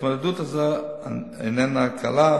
ההתמודדות הזו איננה קלה,